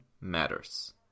matters